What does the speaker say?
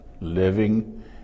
living